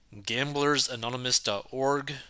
Gamblersanonymous.org